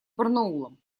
барнаулом